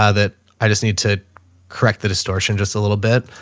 ah that i just need to correct the distortion just a little bit.